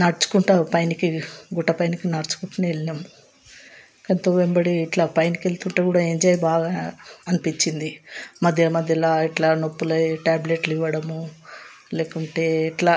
నడుచుకుంటు పైనకి గుట్ట పైనకి నడుచుకుంటు వెళ్ళినాం కానీ తోవ వెంబడి ఇట్లా పైకి వెళ్తుంటే కూడా ఇట్లా ఎంజాయ్ బాగా అనిపించింది మధ్య మధ్యల ఇట్లా నొప్పుల టాబ్లెట్లు ఇవ్వడము లేకుంటే ఇట్లా